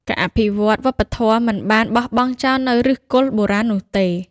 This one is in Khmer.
ការអភិវឌ្ឍវប្បធម៌មិនបានបោះបង់ចោលនូវឫសគល់បុរាណនោះទេ។